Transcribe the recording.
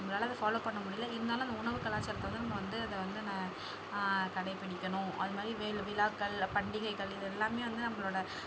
நம்மளால் அதை ஃபாலோ பண்ண முடியலை இருந்தாலும் அந்த உணவுக் கலாச்சாரத்தை வந்து நம்ம வந்து அதை வந்து நாம் கடைபிடிக்கணும் அது மாதிரி வே விழாக்கள் பண்டிகைகள் இதெல்லாமே வந்து நம்மளோடய